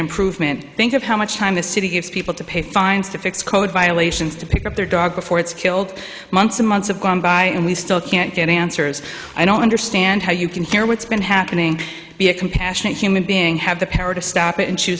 an improvement think of how much time the city gives people to pay fines to fix code violations to pick up their dog before it's killed months and months have gone by and we still can't get answers i don't understand how you can hear what's been happening be a compassionate human being have the power to stop it and